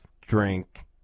drink